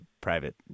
private